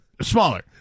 smaller